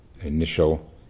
initial